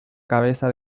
cabeza